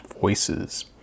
voices